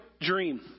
dream